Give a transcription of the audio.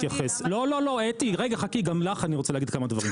לא אתי חכי, גם לך אני רוצה להגיד כמה דברים.